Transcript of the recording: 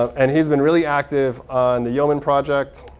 and he's been really active on the yeomen project.